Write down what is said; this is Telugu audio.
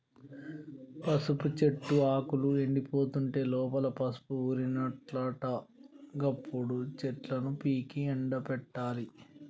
పసుపు చెట్టు ఆకులు ఎండిపోతుంటే లోపల పసుపు ఊరినట్లట గప్పుడు చెట్లను పీకి ఎండపెట్టాలి